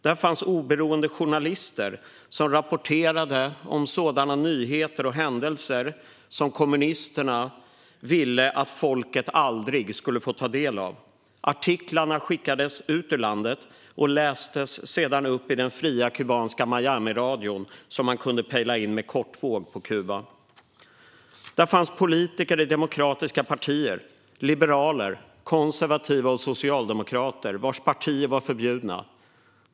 Där fanns oberoende journalister som rapporterade om sådana nyheter och händelser som kommunisterna ville att folket aldrig skulle få ta del av. Artiklarna skickades ut ur landet och lästes sedan upp i den fria kubanska Miamiradion, som man kunde pejla in med kortvåg på Kuba. Där fanns politiker i demokratiska partier - liberaler, konservativa och socialdemokrater - som var förbjudna.